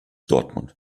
dortmund